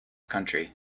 country